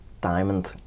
diamond